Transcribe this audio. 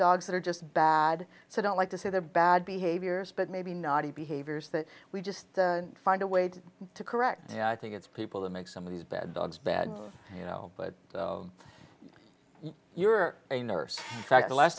dogs that are just bad so i don't like to say they're bad behaviors but maybe not a behaviors that we just find a way to to correct yeah i think it's people that make some of these bed dogs bad you know but you're a nurse in fact the last